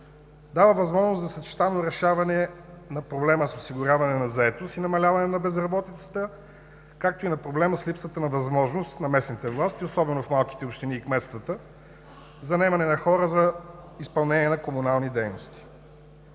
дава възможност за съчетано решаване на проблема с осигуряване на заетост и намаляване на безработицата, както и на проблема с липсата на възможност на местната власт и особено в малките общини и кметствата, за наемане на хора за изпълнение на комунални дейности.